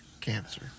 cancer